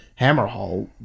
Hammerhall